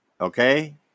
okay